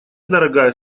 дорогая